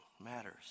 matters